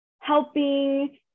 helping